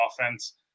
offense